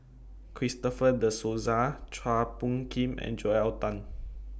Christopher De Souza Chua Phung Kim and Joel Tan